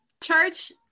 church